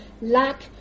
lack